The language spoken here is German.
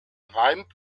reim